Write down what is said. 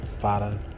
Father